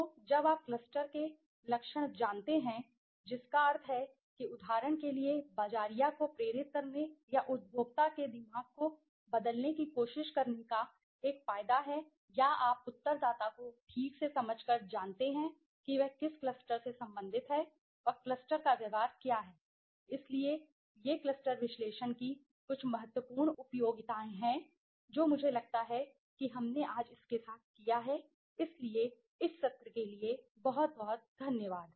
और जब आप क्लस्टर के लक्षण जानते हैं जिसका अर्थ है कि उदाहरण के लिए बाज़ारिया को प्रेरित करने या उपभोक्ता के दिमाग को बदलने की कोशिश करने का एक फायदा है या आप उत्तरदाता को ठीक से समझ कर जानते हैं कि वह किस क्लस्टर से संबंधित है और क्लस्टर का व्यवहार क्या है इसलिए ये क्लस्टर विश्लेषण की कुछ महत्वपूर्ण उपयोगिताएं हैं जो मुझे लगता है कि हमने आज इसके साथ किया है इसलिए इस सत्र के लिए बहुत बहुत धन्यवाद